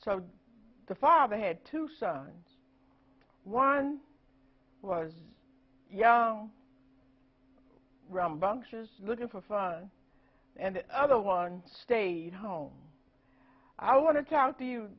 to the father had to son one was young rambunctious looking for fun and other one stayed home i want to talk to you